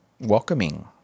welcoming